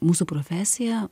mūsų profesija